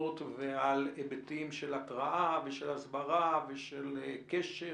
ועל היבטים של התרעה ושל הסברה ושל קשר